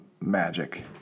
magic